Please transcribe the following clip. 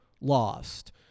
lost